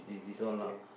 okay